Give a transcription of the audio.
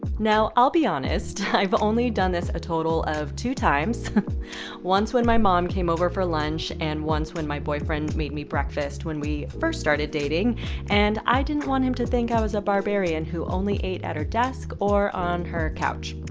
now, i'll be honest, i've only done this a total of two times once when my mom came over for lunch, and once when my boyfriend made me breakfast when we first started dating and i didn't want him to think i was a barbarian who only ate at her desk or on her couch.